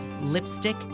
lipstick